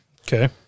Okay